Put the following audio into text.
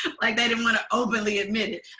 like they didn't want to openly admit it,